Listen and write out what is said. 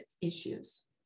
issues